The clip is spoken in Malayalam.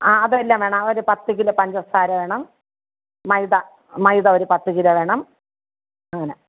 ആ അതെല്ലാം വേണം ആ ഒരു പത്ത് കിലോ പഞ്ചസാര വേണം മൈദ മൈദ ഒരു പത്ത് കിലോ വേണം അങ്ങനെ